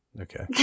Okay